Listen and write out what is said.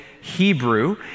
Hebrew